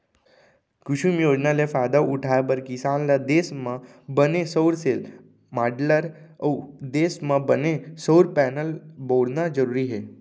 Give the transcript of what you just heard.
कुसुम योजना ले फायदा उठाए बर किसान ल देस म बने सउर सेल, माँडलर अउ देस म बने सउर पैनल बउरना जरूरी हे